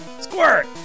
Squirt